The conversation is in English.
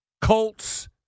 Colts